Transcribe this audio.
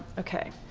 okay,